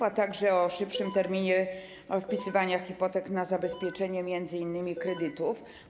Powiem także o szybszym terminie wpisywania hipotek na zabezpieczenie m.in. kredytów.